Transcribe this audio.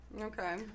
Okay